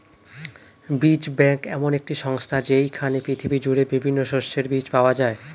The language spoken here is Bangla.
বীজ ব্যাংক এমন একটি সংস্থা যেইখানে পৃথিবী জুড়ে বিভিন্ন শস্যের বীজ পাওয়া যায়